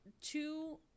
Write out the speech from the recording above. two